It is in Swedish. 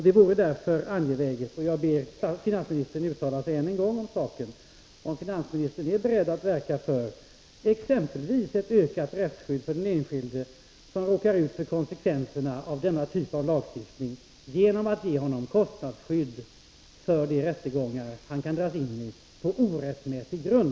Det är därför angeläget — jag ber än en gång finansministern uttala sig om saken — att finansministern är beredd att verka för exempelvis ett utökat rättsskydd för den enskilde som råkar ut för konsekvenserna av denna typ av lagstiftning, genom att ge honom kostnadsskydd för de rättegångar han kan dras in i på orättmätig grund.